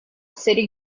seri